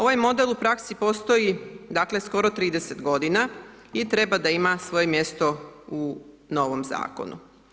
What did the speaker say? Ovaj model u praksi postoji dakle, skoro 30 godina i treba imati svoje mjesto u novom Zakonu.